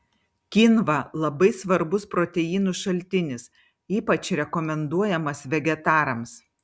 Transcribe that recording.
kynva labai svarbus proteinų šaltinis ypač rekomenduojamas vegetarams